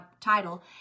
title